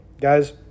Guys